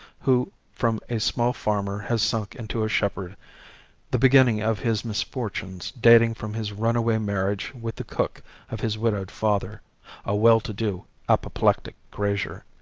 who from a small farmer has sunk into a shepherd the beginning of his misfortunes dating from his runaway marriage with the cook of his widowed father a well-to-do, apoplectic grazier,